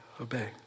obey